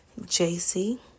JC